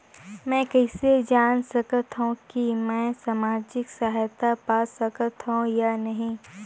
मै कइसे जान सकथव कि मैं समाजिक सहायता पा सकथव या नहीं?